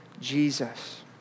Jesus